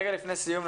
רגע לפני סיום,